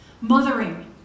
Mothering